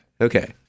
Okay